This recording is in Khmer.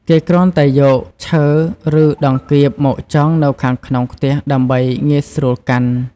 គេគ្រាន់តែយកឈើឬដង្កៀបមកចងនៅខាងក្នុងខ្ទះដើម្បីងាយស្រួលកាន់។